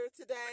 today